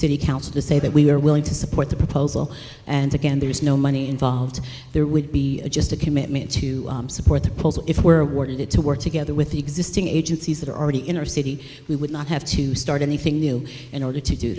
city council to say that we are willing to support the proposal and again there is no money involved there would be just a commitment to support the puzzle if we are awarded it to work together with the existing agencies that are already in our city we would not have to start anything new in order to do